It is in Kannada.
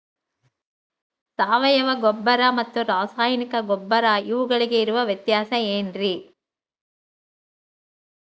ಸಾವಯವ ಗೊಬ್ಬರ ಮತ್ತು ರಾಸಾಯನಿಕ ಗೊಬ್ಬರ ಇವುಗಳಿಗೆ ಇರುವ ವ್ಯತ್ಯಾಸ ಏನ್ರಿ?